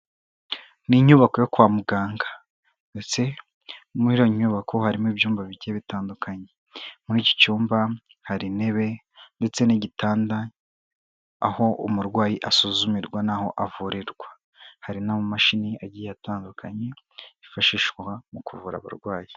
Ni inyubako yo kwa muganga, ndetse muri iyo nyubako harimo ibyumba bigiye bitandukanye, muri iki cyumba hari intebe, ndetse n'igitanda aho umurwayi asuzumirwa, n'aho avurirwa, hari n'amamashini agiye atandukanye, yifashishwa mu kuvura abarwayi.